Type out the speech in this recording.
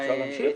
אפשר להמשיך?